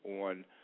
on